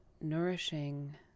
nourishing